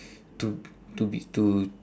to to be to